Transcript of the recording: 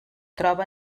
troba